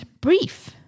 brief